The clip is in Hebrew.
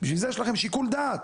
בשביל זה יש לכם שיקול דעת.